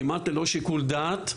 כמעט ללא שיקול דעת,